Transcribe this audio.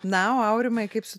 na o aurimai kaip su